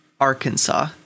Arkansas